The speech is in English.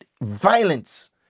violence